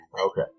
Okay